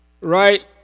right